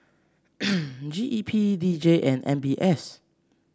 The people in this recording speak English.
G E P D J and M B S